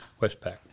Westpac